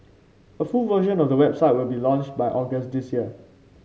a full version of the website will be launched by August this year